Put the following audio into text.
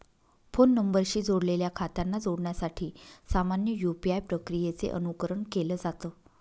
phone नंबरशी जोडलेल्या खात्यांना जोडण्यासाठी सामान्य यू.पी.आय प्रक्रियेचे अनुकरण केलं जात